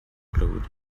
blood